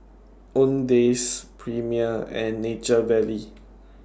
Owndays Premier and Nature Valley